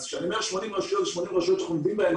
כשאני אומר 80 רשויות עובדים בהן,